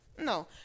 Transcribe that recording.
No